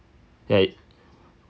ya